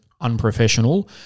unprofessional